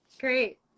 Great